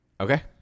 Okay